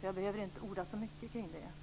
så jag behöver inte orda så mycket kring det.